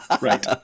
Right